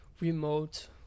remote